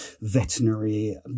veterinary